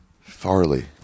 Farley